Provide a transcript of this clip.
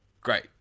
great